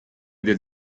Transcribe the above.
del